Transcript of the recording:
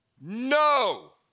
No